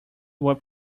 were